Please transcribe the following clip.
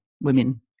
women